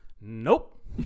nope